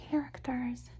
characters